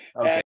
Okay